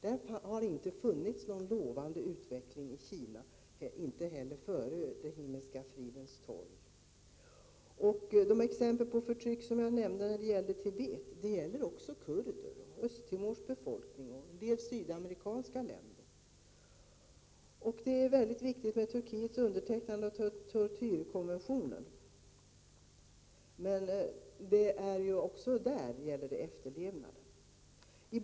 Det har inte funnits någon lovande utveckling i Kina ens före händelserna på Himmelska fridens torg. De exempel på förtryck som jag nämnde beträffande Tibet gäller också kurder, Östra Timors befolkning och människorna i en del sydamerikanska länder. Turkiets undertecknande av tortyrkonventionen är mycket viktigt, men också där gäller det efterlevnaden.